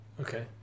Okay